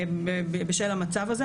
בשל המצב הזה,